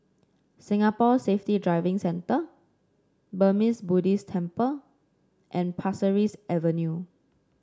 Singapore Safety Driving Centre Burmese Buddhist Temple and Pasir Ris Avenue